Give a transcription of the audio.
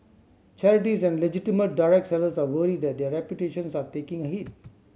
charities and legitimate direct sellers are worried that their reputations are taking a hit